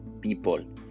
people